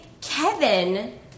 Kevin